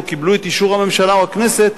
או קיבלו את אישור הממשלה או הכנסת,